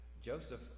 Joseph